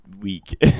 week